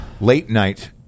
late-night